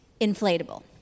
inflatable